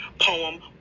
poem